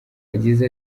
yagize